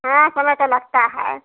हाँ समय तो लगता है